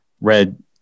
red